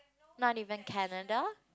not even Canada